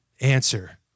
Answer